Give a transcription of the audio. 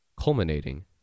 culminating